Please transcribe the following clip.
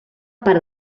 per